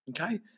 Okay